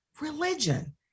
religion